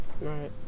Right